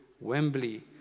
Wembley